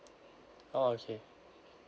oh okay